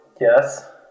yes